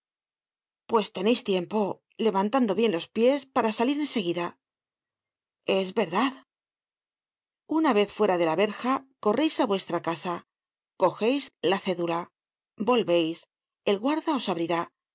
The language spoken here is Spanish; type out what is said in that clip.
pues teneis tiempo levantando bien los pies para salir en seguida es verdad una vez fuera de la verja correis á vuestra casa cogeis la cédula volveis el guarda os abrirá